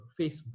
Facebook